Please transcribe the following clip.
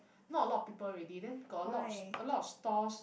not a lot of people already then got a lot a lot of stores